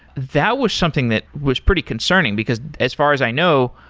that was something that was pretty concerning, because as far as i know,